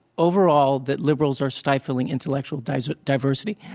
overall, that liberals are stifling intellectual kinds of diversity.